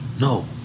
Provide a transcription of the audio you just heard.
no